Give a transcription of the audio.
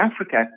Africa